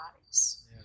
bodies